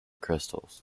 crystals